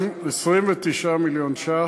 29 מיליון ש"ח.